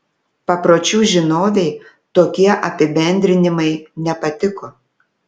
papročių žinovei tokie apibendrinimai nepatiko